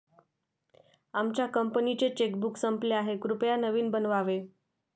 आमच्या कंपनीचे चेकबुक संपले आहे, कृपया नवीन बनवावे